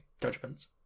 judgments